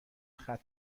ختم